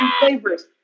flavors